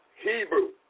Hebrew